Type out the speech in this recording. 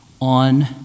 on